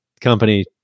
company